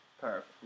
Perfect